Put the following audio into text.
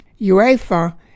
UEFA